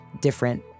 different